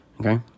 okay